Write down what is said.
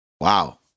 wow